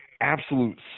absolute